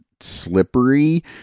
slippery